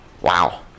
Wow